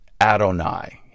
Adonai